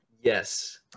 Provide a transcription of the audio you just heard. Yes